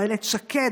או אילת שקד,